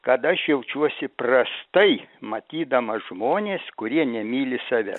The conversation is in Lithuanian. kad aš jaučiuosi prastai matydamas žmones kurie nemyli save